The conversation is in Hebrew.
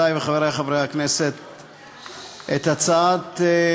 אני קובע כי אושרה בקשת ועדת הפנים והגנת הסביבה לפיצול הצעת חוק